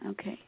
Okay